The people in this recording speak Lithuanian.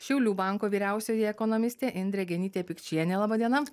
šiaulių banko vyriausioji ekonomistė indrė genytė pikčienė laba diena